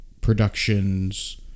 Productions